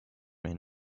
and